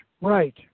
right